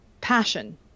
passion